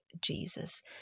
Jesus